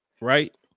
right